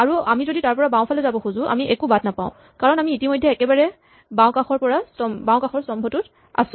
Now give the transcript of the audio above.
আৰু আমি যদি তাৰপৰা বাওঁফালে যাব খোজো আমি একো বাট নাপাওঁ কাৰণ আমি ইতিমধ্যে একেবাৰে বাওঁকাষৰ স্তম্ভটোত আছো